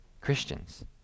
Christians